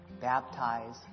baptize